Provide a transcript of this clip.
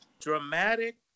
dramatic